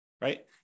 right